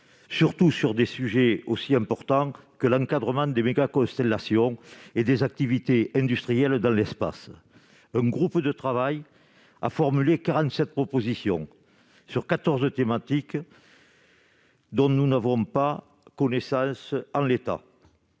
surtout sur des sujets aussi importants que l'encadrement des mégaconstellations et des activités industrielles dans l'espace. Un groupe de travail a formulé quarante-sept propositions sur quatorze thématiques, dont nous n'avons pas connaissance en l'état.